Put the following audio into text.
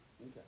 Okay